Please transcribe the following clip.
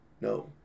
No